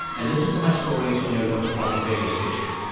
and listen for my stories on your local public radio station.